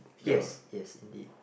yes yes indeed